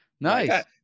Nice